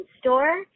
store